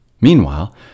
Meanwhile